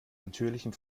natürlichem